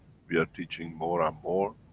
we are teaching more and more,